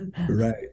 Right